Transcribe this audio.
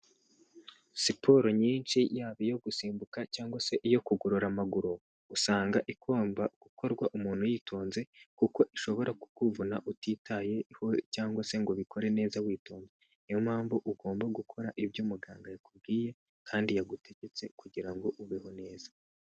Siporo nyinshi yaba iyo gusimbuka cyangwa se iyo kugorora amaguru, usanga igomba gukorwa umuntu yitonze kuko ishobora kukuvuna utitayeho cyangwa se ngo ubikore neza witonze, niyo mpamvu ugomba gukora ibyo muganga yakubwiye kandi yagutegetse kugira ngo ubeho neza,